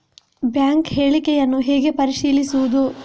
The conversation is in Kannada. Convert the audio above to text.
ಬ್ಯಾಂಕ್ ಹೇಳಿಕೆಯನ್ನು ಹೇಗೆ ಪರಿಶೀಲಿಸುವುದು?